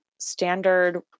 standard